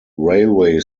railway